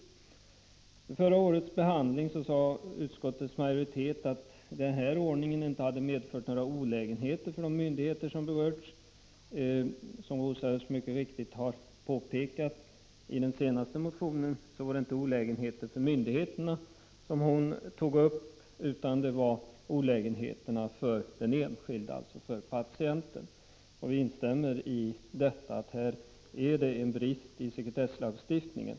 Förra året då den här frågan behandlades uttalade utskottets majoritet att Prot. 1985/86:53 den aktuella ordningen inte hade medfört några olägenheter för berörda 17 december 1985 myndigheter. Som Rosa Östh mycket riktigt har påpekat i sin senaste motion. =| i detta sammanhang var det inte olägenheterna för myndigheterna hon avsåg utan det var olägenheterna för den enskilde — alltså för patienten. Vi instämmer i detta uttalande. Här föreligger nämligen en brist i sekretesslagstiftningen.